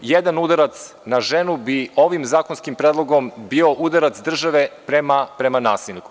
Jedan udarac na ženu bi ovim zakonskim predlogom bio udarac države prema nasilniku.